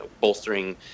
bolstering